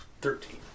Thirteen